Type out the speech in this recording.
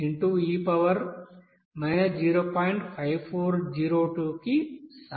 5402 కి సమానం